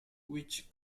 which